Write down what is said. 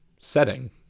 setting